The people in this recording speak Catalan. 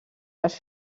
les